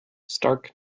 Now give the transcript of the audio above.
stark